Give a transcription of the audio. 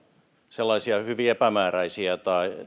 sellaisia hyvin epämääräisiä